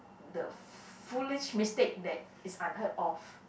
the foolish mistake that is unheard of